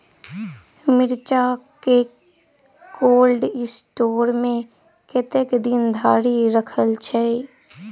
मिर्चा केँ cold store मे कतेक दिन धरि राखल छैय?